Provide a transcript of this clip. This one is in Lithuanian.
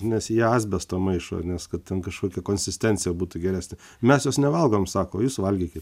nes į ją asbesto maišo nes kad ten kažkokia konsistencija būtų geresnė mes jos nevalgom sako o jūs valgykit